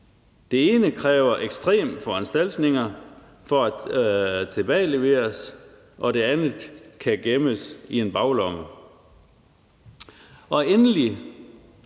Det ene kræver ekstreme foranstaltninger for at kunne tilbageleveres, og det andet kan gemmes i en baglomme.